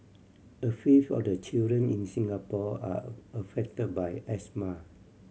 a fifth of the children in Singapore are affected by asthma